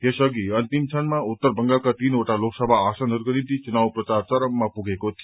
यस अघि अन्तिम क्षणमा उत्तर बंगालका तीनवटा लोकसभा आसनहरूको निम्ति चुनाव प्रचार चरममा पुगेको थियो